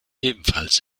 ebenfalls